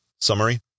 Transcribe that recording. Summary